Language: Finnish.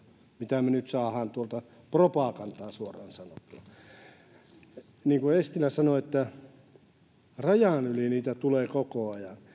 mitä me nyt saamme tuolta propagandaa suoraan sanottuna niin kuin eestilä sanoi rajan yli niitä tulee koko ajan